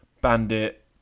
Bandit